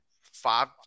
five